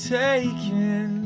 taken